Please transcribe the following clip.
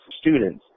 students